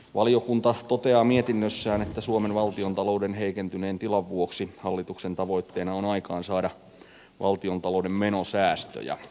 valiokunta toteaa mietinnössään että suomen valtiontalouden heikentyneen tilan vuoksi hallituksen tavoitteena on aikaansaada valtiontalouden menosäästöjä